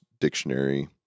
dictionary